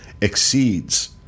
exceeds